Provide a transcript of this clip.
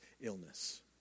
illness